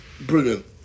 brilliant